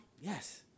Yes